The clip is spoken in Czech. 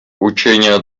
učinil